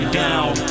down